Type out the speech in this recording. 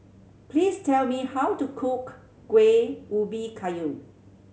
please tell me how to cook Kuih Ubi Kayu